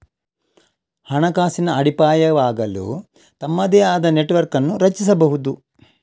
ಹಣಕಾಸಿನ ಅಡಿಪಾಯವಾಗಲು ತಮ್ಮದೇ ಆದ ನೆಟ್ವರ್ಕ್ ಅನ್ನು ರಚಿಸಬಹುದು